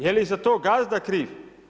Je li za to gazda kriv?